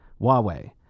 Huawei